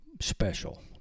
special